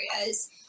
areas